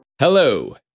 Hello